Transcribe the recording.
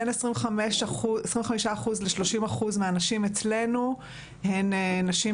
בין 25% ל-30% מהנשים אצלנו הן נשים,